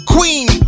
Queen